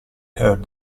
heard